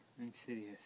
Insidious